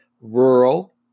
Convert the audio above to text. rural